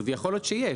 ויכול להיות שיש,